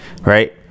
right